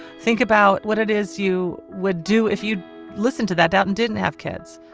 think about what it is you would do if you'd listen to that doubt and didn't have kids.